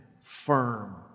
firm